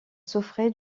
souffrait